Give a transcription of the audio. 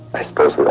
i suppose